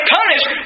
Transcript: punished